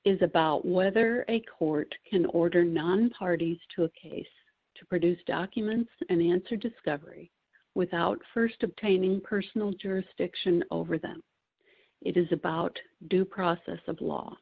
is about whether a court can order non parties to a case to produce documents and the answer discovery without st obtaining personal jurisdiction over them it is about due process of law